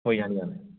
ꯍꯣꯏ ꯌꯥꯅꯤ ꯌꯥꯅꯤ